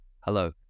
Hello